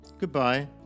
Goodbye